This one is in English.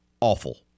awful